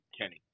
Kenny